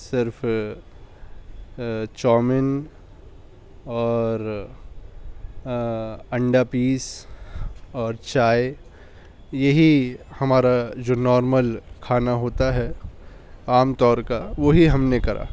صرف چومن اور انڈا پیس اور چائے یہی ہمارا جو نارمل کھانا ہوتا ہے عام طور کا وہی ہم نے کرا